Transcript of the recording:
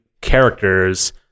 characters